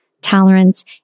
tolerance